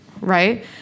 Right